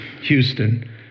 Houston